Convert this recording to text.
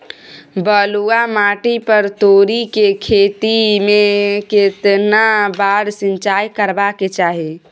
बलुआ माटी पर तोरी के खेती में केतना बार सिंचाई करबा के चाही?